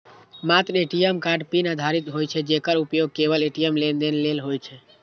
मात्र ATM card pin आधारित होइ छै, जेकर उपयोग केवल ए.टी.एम लेनदेन लेल होइ छै